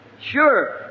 Sure